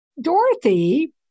Dorothy